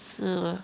是 lor